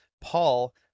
Paul